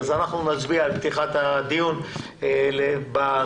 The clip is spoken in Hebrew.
אנחנו נצביע על פתיחת הדיון ברביזיה.